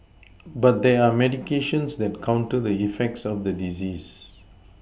but there are medications that counter the effects of the disease